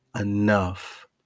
enough